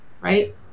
right